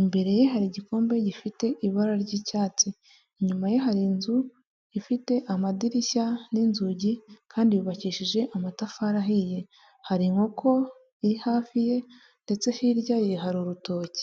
imbere ye hari igikombe gifite ibara ry'icyatsi, inyuma ye hari inzu ifite amadirishya n'inzugi kandi yubakishije amatafari ahiye, hari inkoko iri hafi ye ndetse hirya ye hari urutoki.